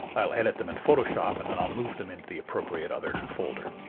i'll edit them in photoshop and then i'll move them into the appropriate other folder.